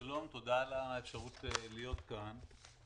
שלום, תודה על האפשרות להיות כאן.